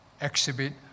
exhibit